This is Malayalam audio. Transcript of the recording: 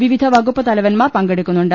വിവിധ വകുപ്പ് തലവൻമാർ പങ്കെടുക്കുന്നുണ്ട്